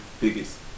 biggest